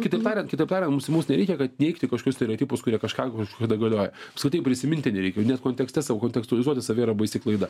kitaip tariant kitaip tariant mums mums nereikia kad neigti kažkokius stereotipus kurie kažką kažkada galioja apskritai prisiminti nereikia nes kontekste savo kontekstu žodis savi yra baisi klaida